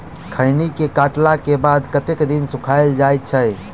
खैनी केँ काटला केँ बाद कतेक दिन सुखाइल जाय छैय?